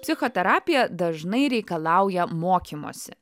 psichoterapija dažnai reikalauja mokymosi